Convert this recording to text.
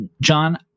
John